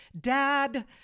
dad